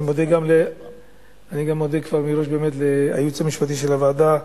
אני מודה לייעוץ המשפטי של הוועדה,